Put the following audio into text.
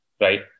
Right